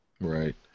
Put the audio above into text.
Right